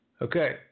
Okay